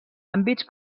àmbits